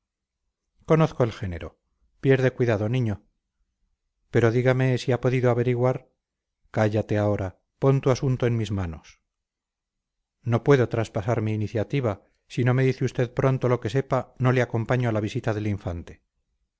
conozco el género pierde cuidado niño pero dígame si ha podido averiguar cállate ahora pon tu asunto en mis manos no puedo traspasar mi iniciativa si no me dice usted pronto lo que sepa no le acompaño a la visita del infante